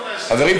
חברים,